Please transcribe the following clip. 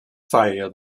failure